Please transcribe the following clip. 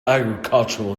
agricultural